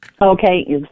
Okay